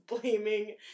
blaming